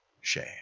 shame